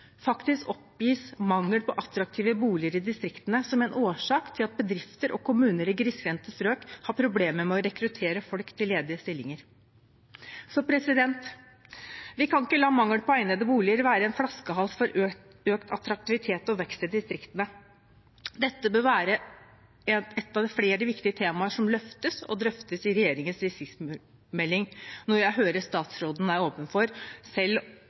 Faktisk oppgis mangel på attraktive boliger i distriktene som en årsak til at bedrifter og kommuner i grisgrendte strøk har problemer med å rekruttere folk til ledige stillinger. Vi kan ikke la mangel på egnede boliger være en flaskehals for økt attraktivitet og vekst i distriktene. Dette bør være et av flere viktige temaer som løftes og drøftes i regjeringens distriktsmelding, noe jeg hører statsråden er åpen for, selv